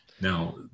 Now